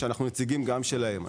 שאנחנו נציגים גם שלהם.